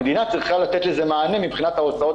המדינה צריכה לתת לזה מענה מבחינת ההוצאות